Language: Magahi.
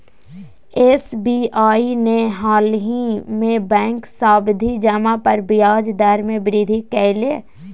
एस.बी.आई ने हालही में बैंक सावधि जमा पर ब्याज दर में वृद्धि कइल्कय